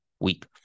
week